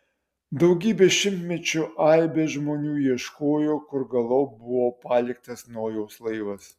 daugybę šimtmečių aibės žmonių ieškojo kur galop buvo paliktas nojaus laivas